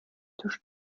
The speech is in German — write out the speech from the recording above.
tisch